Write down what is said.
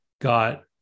got